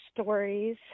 stories